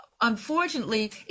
unfortunately